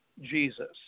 Jesus